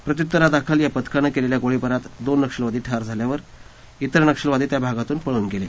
प्रत्यृत्तरादाखल या पथकानं केलेल्या गोळीबारात दोन नक्षलवादी ठार झाल्यावर तिर नक्षलवादी त्या भागातून पळन गेले